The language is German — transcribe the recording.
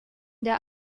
der